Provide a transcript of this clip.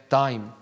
time